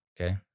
okay